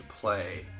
play